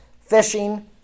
fishing